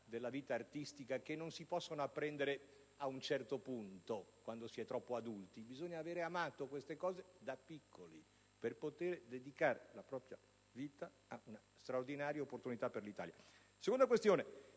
della vita artistica che non si possono apprendere ad un certo punto, quando si è troppo adulti, perché bisogna aver amato queste cose da piccoli per poter dedicare la propria vita ad una straordinaria opportunità per l'Italia. La seconda questione